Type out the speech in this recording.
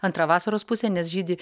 antra vasaros pusė nes žydi